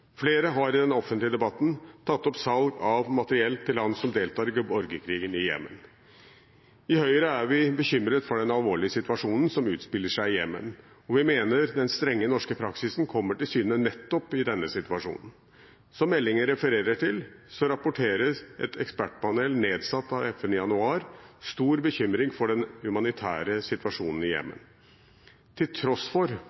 Flere har i den offentlige debatten tatt opp salg av materiell til land som deltar i borgerkrigen i Jemen. I Høyre er vi bekymret for den alvorlige situasjonen som utspiller seg i Jemen. Vi mener at den strenge norske praksisen kommer til syne nettopp i denne situasjonen. Som meldingen refererer til, rapporterte et ekspertpanel nedsatt av FN i januar stor bekymring for den humanitære situasjonen i Jemen. Til tross for